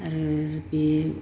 आरो बे